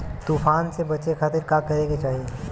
तूफान से बचे खातिर का करे के चाहीं?